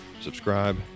subscribe